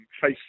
face